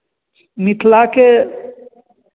मिथिला के